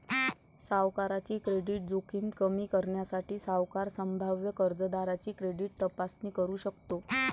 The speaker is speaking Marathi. सावकाराची क्रेडिट जोखीम कमी करण्यासाठी, सावकार संभाव्य कर्जदाराची क्रेडिट तपासणी करू शकतो